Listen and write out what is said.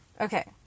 okay